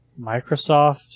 Microsoft